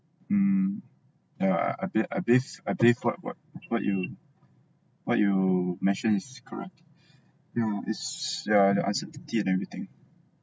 mm yeah a bit at least at least what what what you what you mentioned is correct yeah is the uncertainty and everything